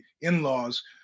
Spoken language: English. in-laws